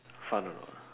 fun or not